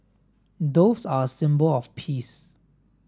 doves are a symbol of peace